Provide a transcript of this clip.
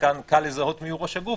וכאן קל לזהות מי הוא ראש הגוף,